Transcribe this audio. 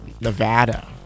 Nevada